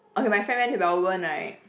okay my friend went to Melbourne right